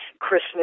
Christmas